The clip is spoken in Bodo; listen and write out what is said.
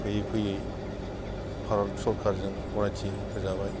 फैयै फैयै भारत सोरखारजों गनायथि होजाबाय